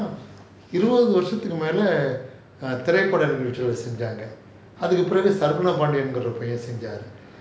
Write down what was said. இருவது வருஷத்துக்கு மேல திரைப்பட செஞ்சாங்க அதுக்கு பிறகு:iruvathu varushathuku maela thiraipada senjanga athuku piragu sarguna pandian ஒரு பையன் செஞ்சாரு:oru paiyan senjaaru